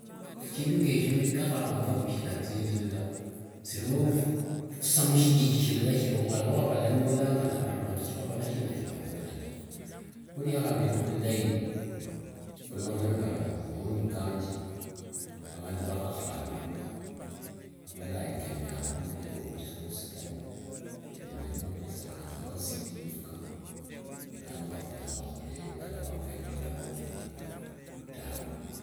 shindu ngeshio nikakhava mbu shilachiririra mshijiji shilala shino alio wavalanyulanga navandi vano shivakhola shina sivanyola taa. Khuliakhavere vilai, khulondekhana nende maoni kange avandu vakhakhavirue avalekemea mrengo kwosi kwosi taa. Nemberi mapesa kasa ka cdf kano nilano lano vakhola mbu ekhoreranga mwikho tawe.